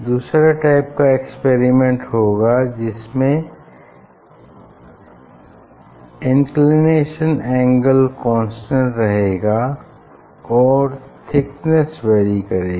दूसरा टाइप का एक्सपेरिमेंट होगा जिसमें इंक्लिनेशन एंगल कांस्टेंट रहेगा और थिकनेस वैरी करेगी